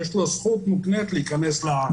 יש לו זכות מוקנית להיכנס לארץ.